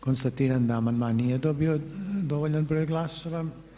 Konstatiram da amandman nije dobio dovoljan broj glasova.